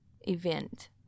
event